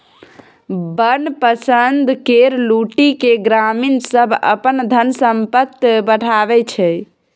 बन संपदा केर लुटि केँ ग्रामीण सब अपन धन संपैत बढ़ाबै छै